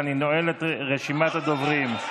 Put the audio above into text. ואני נועל את רשימת הדוברים.